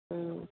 ꯎꯝ